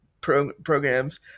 programs